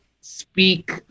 speak